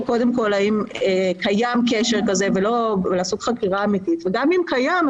קודם כל האם קיים קשר כזה ולעשות חקירה אמיתית וגם אם קיים,